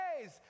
days